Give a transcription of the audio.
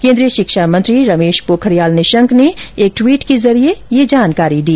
केन्द्रिय शिक्षा मंत्री रमेश पोखरियाल निशंक ने एक ट्वीट के जरिये यह जानकारी दी